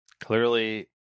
Clearly